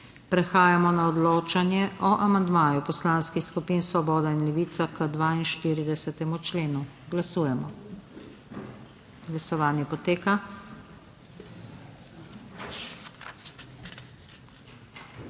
Prehajamo na odločanje o amandmaju poslanskih skupin Svoboda in Levica k 33. členu. Glasujemo. Navzočih